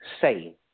say